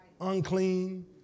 unclean